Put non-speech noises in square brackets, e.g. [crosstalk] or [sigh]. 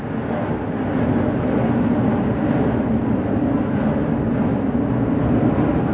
[noise]